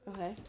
okay